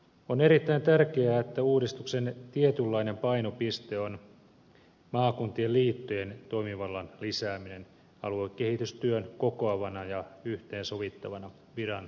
on erittäin tärkeää että uudistuksen tietynlainen painopiste on maakuntien liittojen toimivallan lisääminen aluekehitystyön kokoavana ja yhteensovittavana viranomaisena